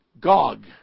Gog